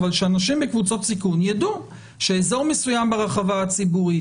אבל שאנשים מקבוצות סיכון יידעו שאזור מסוים ברחבה הציבורית,